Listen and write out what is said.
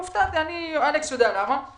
הוא צריך לקבל את המענה שמגיע לו ואת החינוך שמגיע לו.